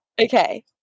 Okay